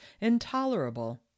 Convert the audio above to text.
intolerable